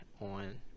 on